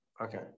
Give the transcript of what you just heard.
okay